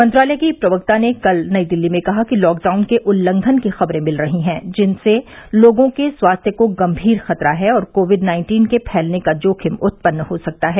मंत्रालय की प्रवक्ता ने कल नई दिल्ली में कहा कि लॉकडाउन के उल्लंघन की खबरें मिल रही हैं जिनसे लोगों के स्वास्थ्य को गंभीर खतरा है और कोविड नाइन्टीन के फैलने का जोखिम उत्पन्न हो सकता है